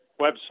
website